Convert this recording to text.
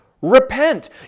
repent